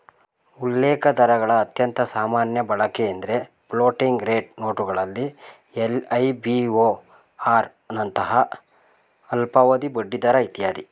ಉಲ್ಲೇಖದರಗಳ ಅತ್ಯಂತ ಸಾಮಾನ್ಯ ಬಳಕೆಎಂದ್ರೆ ಫ್ಲೋಟಿಂಗ್ ರೇಟ್ ನೋಟುಗಳಲ್ಲಿ ಎಲ್.ಐ.ಬಿ.ಓ.ಆರ್ ನಂತಹ ಅಲ್ಪಾವಧಿ ಬಡ್ಡಿದರ ಇತ್ಯಾದಿ